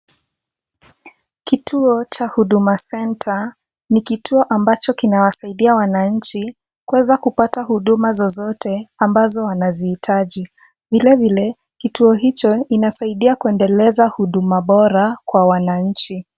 Kituo cha Huduma Center, ni kituo ambacho kinawasaidia wananchi kuweza kupata huduma zozote ambazo wanaziitaji. Vilevile, kituo hicho inasaidia kuendeleza huduma bora kwa wananchi.